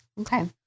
Okay